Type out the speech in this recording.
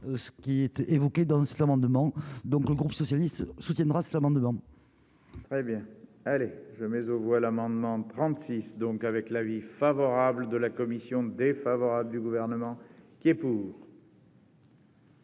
ce qui était évoqué dans l'amendement donc le groupe socialiste soutiendra slogan de dedans. Très bien, elle est jamais aux voix l'amendement 36 donc, avec l'avis favorable de la commission défavorable du gouvernement qui est.